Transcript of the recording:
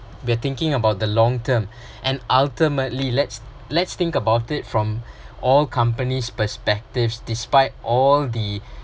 we're thinking about the long term and ultimately let’s let‘s think about it from all companies' perspectives despite all the